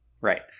right